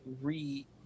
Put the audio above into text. Re